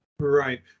Right